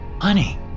Honey